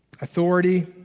authority